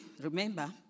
remember